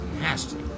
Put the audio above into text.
nasty